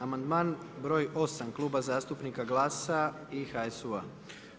Amandman broj 8. Kluba zastupnika GLAS-a i HSU-a.